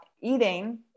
eating